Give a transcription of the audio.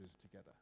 together